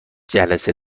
جلسه